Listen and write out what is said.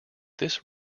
this